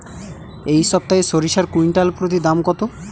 এই সপ্তাহে সরিষার কুইন্টাল প্রতি দাম কত?